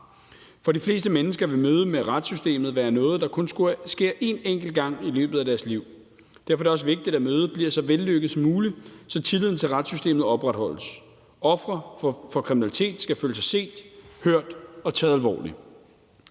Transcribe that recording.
For de fleste mennesker vil mødet med retssystemet være noget, der kun sker en enkelt gang i løbet af deres liv. Derfor er det også vigtigt, at mødet bliver så vellykket som muligt, så tilliden til retssystemet opretholdes. Ofre for kriminalitet skal føle sig set, hørt og taget alvorligt.